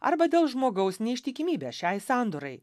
arba dėl žmogaus neištikimybės šiai sandorai